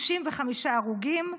95 הרוגים,